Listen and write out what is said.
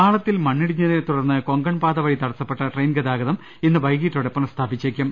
പാളത്തിൽ മണ്ണിടിഞ്ഞതിനെ തുടർന്ന് കൊങ്കൺ പാത വഴി തട സപ്പെട്ട ട്രെയിൻ ഗതാഗതം ഇന്ന് വൈകീട്ടോടെ പുനസ്ഥാപിച്ചേക്കും